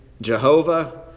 Jehovah